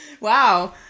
Wow